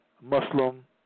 Muslim